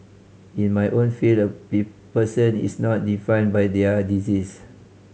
in my own field a person is not defined by their disease